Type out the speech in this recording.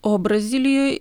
o brazilijoj